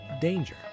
danger